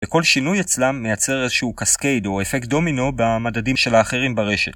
וכל שינוי אצלם מייצר איזשהו קסקייד או אפקט דומינו במדדים של האחרים ברשת.